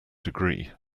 degree